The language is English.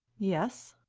yes?